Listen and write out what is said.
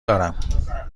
دارم